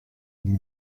comme